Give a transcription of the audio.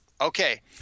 Okay